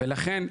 ולכן,